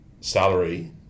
salary